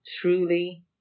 truly